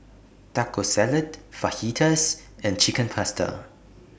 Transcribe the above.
Taco Salad Fajitas and Chicken Pasta